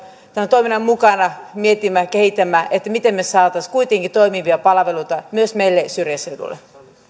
tämän toiminnan mukana kehitämme ja mietimme miten me saisimme kuitenkin toimivia palveluita myös meille syrjäseudulle